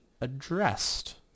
addressed